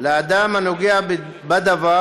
לאדם הנוגע בדבר,